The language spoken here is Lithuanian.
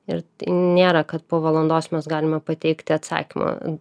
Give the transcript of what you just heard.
ir nėra kad po valandos mes galime pateikti atsakymą